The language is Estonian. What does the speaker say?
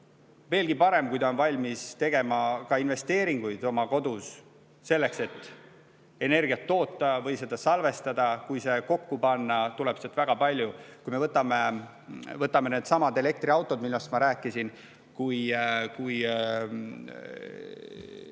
Veelgi parem, kui ta on valmis tegema ka investeeringuid oma kodus selleks, et energiat toota või seda salvestada. Kui see kokku panna, tuleb sealt väga palju. Võtame needsamad elektriautod, millest ma rääkisin. Ma tegin